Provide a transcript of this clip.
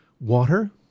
water